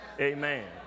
Amen